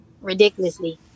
ridiculously